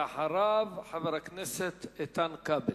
ואחריו, חבר הכנסת איתן כבל.